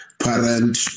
Parent